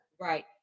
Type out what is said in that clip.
Right